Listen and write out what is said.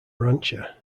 rancher